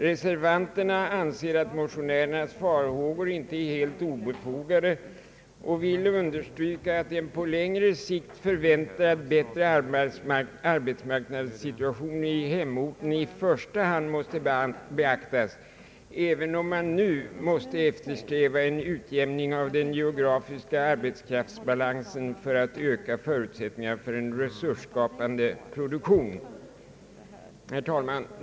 Reservanterna anser att motionärernas farhågor inte är helt obefogade och vill understryka att en på längre sikt förväntad, bättre arbetsmarknadssituation i hemorten måste beaktas i första hand, även om man nu måste eftersträva en utjämning av den geografiska arbetskraftsbalansen för att öka förutsätt ningarna för en resursskapande produktion. Herr talman!